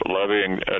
levying